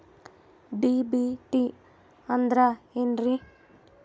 DBT ಅಂದ್ರ ಏನ್ರಿ?